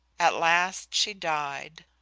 at last she died.